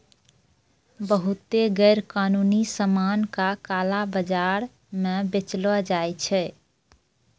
बहुते गैरकानूनी सामान का काला बाजार म बेचलो जाय छै